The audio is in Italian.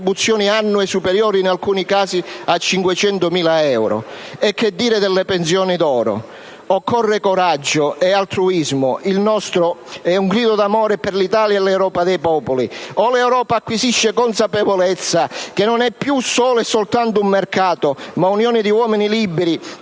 Che dire, poi, delle pensioni d'oro? Occorre coraggio e altruismo. Il nostro è un grido d'amore per l'Italia e l'Europa dei popoli. O l'Europa acquisisce consapevolezza che non è più solo e soltanto un mercato ma unione di uomini liberi,